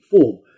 form